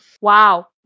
Wow